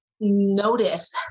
Notice